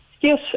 Yes